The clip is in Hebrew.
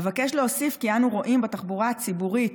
אבקש להוסיף כי אנו רואים בתחבורה הציבורית